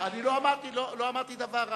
אבל, אני לא אמרתי דבר רע.